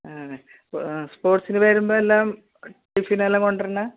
ആ അതെ സ്പോർട്സിന് വരുമ്പോൾ എല്ലാം കൊണ്ടരണെ